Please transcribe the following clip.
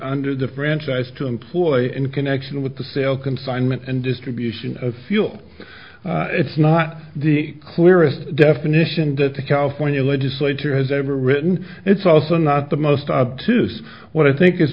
under the franchise to employ in connection with the sale confinement and distribution of fuel it's not the clearest definition that the california legislature has ever written it's also not the most obtuse what i think is